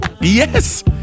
Yes